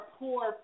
poor